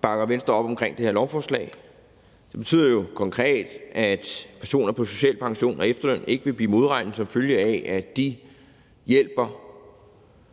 bakker Venstre op omkring det her lovforslag. Det betyder jo konkret, at personer på social pension og efterløn ikke vil blive modregnet, som følge af at de hjælper